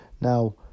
Now